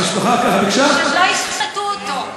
שלא ישחטו אותו,